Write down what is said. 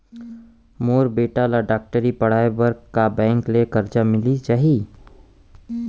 मोर बेटा ल डॉक्टरी पढ़ाये बर का बैंक ले करजा मिलिस जाही?